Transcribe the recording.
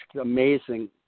Amazing